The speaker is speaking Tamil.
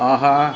ஆஹா